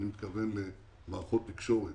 אני מתכוון למערכות תקשורת,